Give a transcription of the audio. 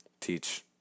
teach